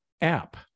app